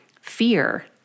fear